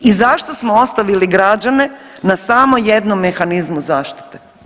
I zašto smo ostavili građane na samo jednom mehanizmu zaštite?